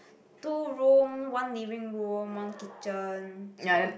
two room one living room one kitchen still got what